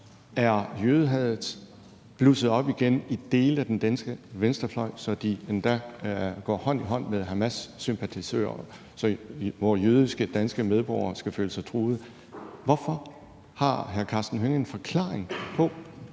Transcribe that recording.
er jødehadet blusset op igen i dele af den danske venstrefløj, så de endda går hånd i hånd med hamassympatisører, og vore jødiske danske medborgere skal føle sig truet? Hvorfor? Har hr. Karsten Hønge en forklaring på,